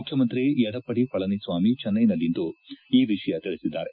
ಮುಖ್ಯಮಂತ್ರಿ ಎಡಪ್ಪಡಿ ಪಳನಿಸ್ಟಾಮಿ ಚೆನ್ನೈಯಲ್ಲಿಂದು ಈ ವಿಷಯ ತಿಳಿಸಿದ್ದಾರೆ